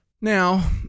Now